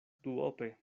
duope